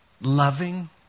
loving